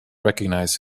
recognize